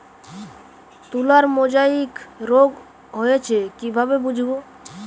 তুলার মোজাইক রোগ হয়েছে কিভাবে বুঝবো?